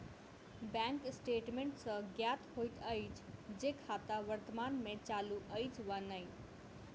bank statement सॅ ज्ञात होइत अछि जे खाता वर्तमान मे चालू अछि वा नै